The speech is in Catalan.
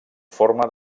forma